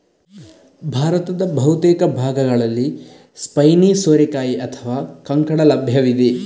ಭಾರತದ ಬಹುತೇಕ ಭಾಗಗಳಲ್ಲಿ ಸ್ಪೈನಿ ಸೋರೆಕಾಯಿ ಅಥವಾ ಕಂಕಡ ಲಭ್ಯವಿದೆ